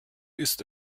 ist